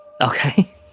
Okay